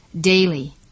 daily